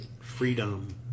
Freedom